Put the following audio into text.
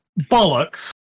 bollocks